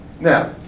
Now